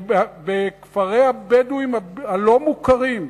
בכפרי הבדואים הלא-מוכרים.